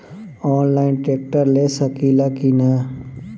Online tractor ले सकीला कि न?